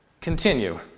continue